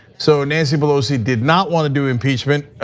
so, nancy pelosi did not want to do impeachment,